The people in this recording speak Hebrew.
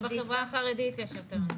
גם בחברה החרדית יש יותר.